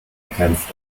erkämpft